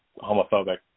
homophobic